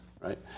right